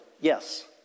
yes